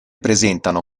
presentano